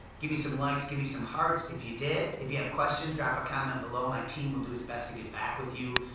give me some likes, give me some hearts if you did. if you have questions, drop a comment below. my team will do its best to get back with you.